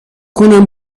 کنم